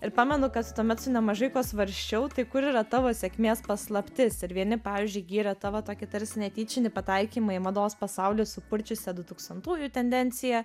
ir pamenu kad tuomet su nemažai kuo svarsčiau tai kur yra tavo sėkmės paslaptis ir vieni pavyzdžiui gyrė tavo tokį tarsi netyčinį pataikymą į mados pasaulį supurčiusią du tūkstantųjų tendenciją